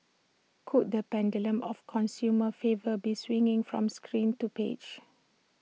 could the pendulum of consumer favour be swinging from screen to page